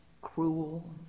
cruel